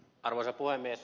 arvoisa puhemies